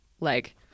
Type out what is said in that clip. like-